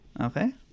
Okay